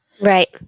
Right